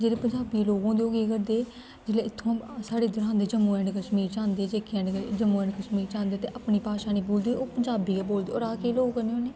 जेह्ड़े पंजाबी लोग होंदे ओह् केह् करदे जेल्लै इत्थुआं साढ़े इद्धर औंदे जम्मू ऐंड कश्मीर च औंदे जे के ऐंड जम्मू ऐंड कश्मीर च औंदे ते अपनी भाशा निं भुल्लदे ओह् पंजाबी गै बोलदे और अस केह् लोग करने होन्ने